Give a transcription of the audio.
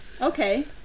Okay